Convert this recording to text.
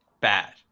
Bad